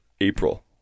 April